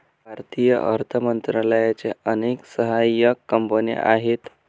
भारतीय अर्थ मंत्रालयाच्या अनेक सहाय्यक कंपन्या आहेत